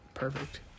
Perfect